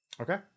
okay